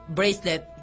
bracelet